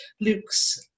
Luke's